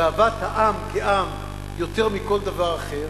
ואהבת העם כעם יותר מכל דבר אחר,